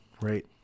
Right